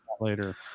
Later